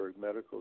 Medical